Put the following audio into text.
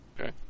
Okay